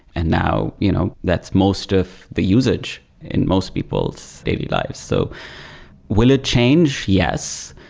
and now, you know that's most of the usage in most people's daily lives. so will it change? yes.